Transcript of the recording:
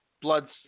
bloods